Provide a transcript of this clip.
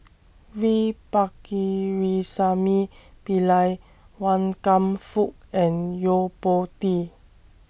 V Pakirisamy Pillai Wan Kam Fook and Yo Po Tee